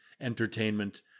entertainment